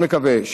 מאוד מקווה,